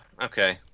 Okay